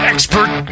expert